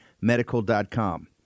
Medical.com